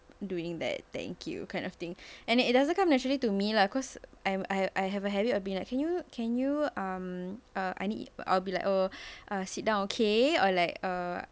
doing that thank you kind of thing and it doesn't come naturally to me lah cause I I I have a habit of being like can you can you um err I need I'll be like err oh sit down okay or like err